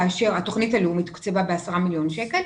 התוכנית הלאומית תוקצבה ב-10 מיליון שקלים,